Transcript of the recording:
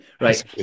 Right